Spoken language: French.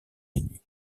unis